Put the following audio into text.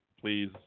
please